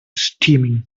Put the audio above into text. steaming